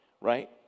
right